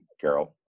Carol